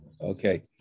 Okay